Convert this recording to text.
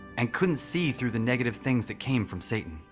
and couldn't see through the negative things that came from satan.